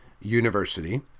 university